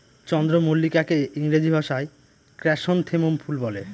চন্দ্রমল্লিকাকে ইংরেজি ভাষায় ক্র্যাসনথেমুম ফুল বলে